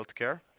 healthcare